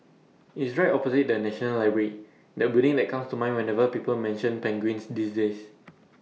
IT is right opposite the National Library that building that comes to mind whenever people mention penguins these days